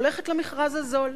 הולכת למכרז הזול.